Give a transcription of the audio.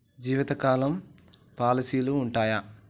జీవితకాలం పాలసీలు ఉంటయా?